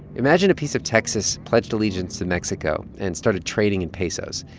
imagine a piece of texas pledged allegiance to mexico and started trading in pesos.